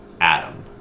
Adam